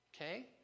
Okay